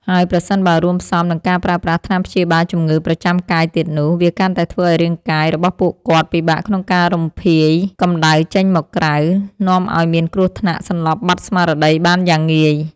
ហើយប្រសិនបើរួមផ្សំនឹងការប្រើប្រាស់ថ្នាំព្យាបាលជំងឺប្រចាំកាយទៀតនោះ វាកាន់តែធ្វើឱ្យរាងកាយរបស់ពួកគាត់ពិបាកក្នុងការរំភាយកម្ដៅចេញមកក្រៅ នាំឱ្យមានគ្រោះថ្នាក់សន្លប់បាត់ស្មារតីបានយ៉ាងងាយ។